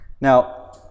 now